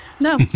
No